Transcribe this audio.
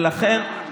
ולכן, שוב,